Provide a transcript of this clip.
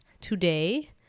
today